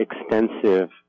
extensive